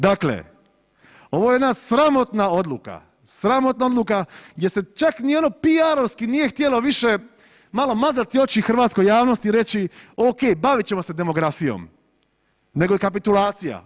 Dakle, ovo je jedna sramotna odluka, sramotna odluka, gdje se čak ni ono PR-ovski nije htjelo više malo mazati oči hrvatskoj javnosti i reći okej, bavit ćemo se demografijom, nego je kapitulacija.